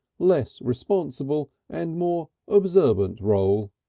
less responsible and more observant role.